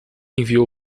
enviou